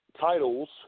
titles